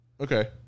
Okay